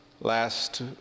last